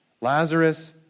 Lazarus